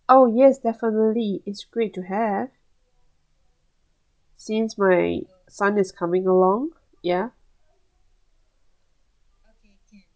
oh yes definitely it's great to have since my son is coming along ya